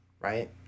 right